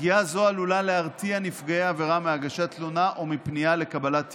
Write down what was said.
פגיעה זו עלולה להרתיע נפגעי עבירה מהגשת תלונה או מפנייה לקבלת טיפול.